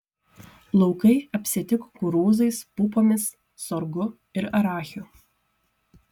laukai apsėti kukurūzais pupomis sorgu ir arachiu